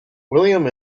william